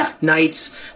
nights